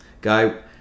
guy